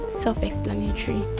self-explanatory